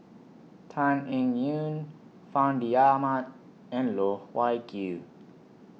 Tan Eng Yoon Fandi Ahmad and Loh Wai Kiew